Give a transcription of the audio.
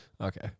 Okay